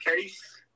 case